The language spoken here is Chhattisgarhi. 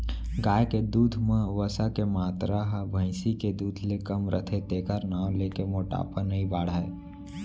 गाय के दूद म वसा के मातरा ह भईंसी के दूद ले कम रथे तेकर नांव लेके मोटापा नइ बाढ़य